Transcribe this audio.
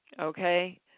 Okay